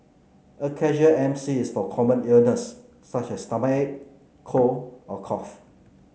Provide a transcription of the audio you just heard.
a casual M C is for common illness such as stomachache cold or cough